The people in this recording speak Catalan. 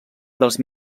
dels